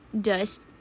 dust